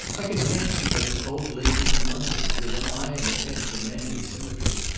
i could fancy that an old lady from london, with an eye in her head for manly symmetry,